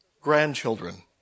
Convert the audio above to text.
grandchildren